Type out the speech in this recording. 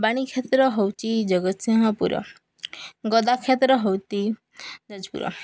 ବାଣୀ କ୍ଷେତ୍ର ହେଉଛି ଜଗତସିଂହପୁର ଗଦା କ୍ଷେତ୍ର ହେଉଛି ଯାଜପୁର